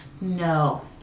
No